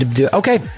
okay